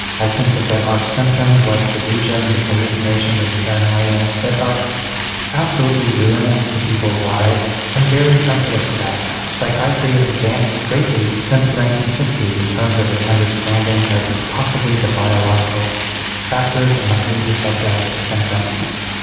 i think that there are symptoms like delusions and hallucinations and paranoia that are absolutely ruinous to people's lives. i'm very sensitive to that. psychiatry has advanced greatly since the nineteen sixty s in terms of its understanding of possibly the biological factors that might lead to psychiatric symptoms.